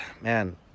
man